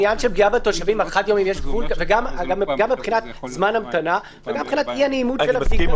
גם מבחינת זמן המתנה וגם מבחינת אי הנעימות של הבדיקה.